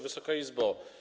Wysoka Izbo!